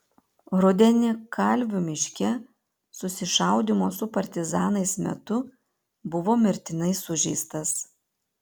rudenį kalvių miške susišaudymo su partizanais metu buvo mirtinai sužeistas